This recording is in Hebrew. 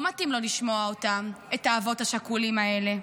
לא מתאים לו לשמוע אותם, את האבות השכולים האלה.